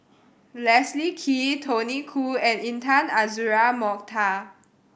Leslie Kee Tony Khoo and Intan Azura Mokhtar